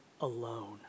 alone